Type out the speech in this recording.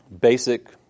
basic